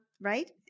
right